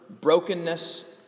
brokenness